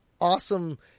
awesome